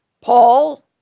Paul